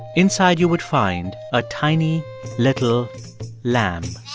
inside you would find a tiny little lamb